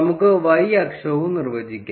നമുക്ക് y അക്ഷവും നിർവ്വചിക്കാം